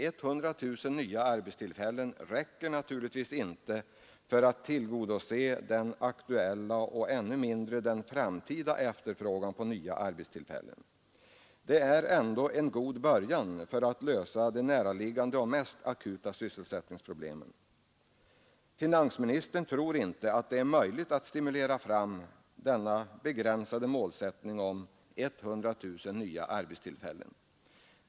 100 000 nya arbetstillfällen räcker naturligtvis inte för att tillgodose den aktuella och ännu mindre den framtida efterfrågan på nya arbetstillfällen. Det är ändå en god början för att lösa de näraliggande och mest akuta sysselsättningsproblemen. Finansministern tror inte att det är möjligt att stimulera fram 100 000 nya arbetstillfällen.